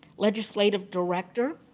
legislative director.